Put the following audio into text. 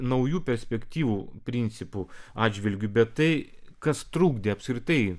naujų perspektyvų principų atžvilgiu bet tai kas trukdė apskritai